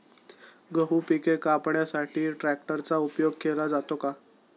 गहू पिके कापण्यासाठी ट्रॅक्टरचा उपयोग केला जातो का?